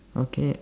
okay